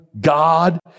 god